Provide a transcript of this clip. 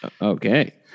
Okay